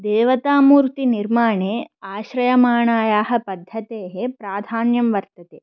देवतामूर्तिनिर्माणे आश्रयामाणायाः पद्धतेः प्राधान्यं वर्तते